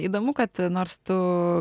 įdomu kad nors tu